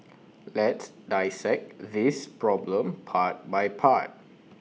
let's dissect this problem part by part